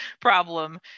problem